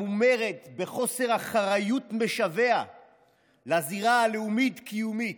המומרת בחוסר אחריות משווע לזירה הלאומית-קיומית.